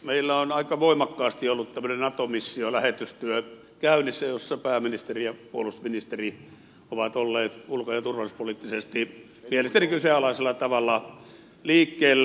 meillä on ollut aika voimakkaasti käynnissä tämmöinen nato missiolähetystyö jossa pääministeri ja puolustusministeri ovat olleet ulko ja turvallisuuspoliittisesti mielestäni kyseenalaisella tavalla liikkeellä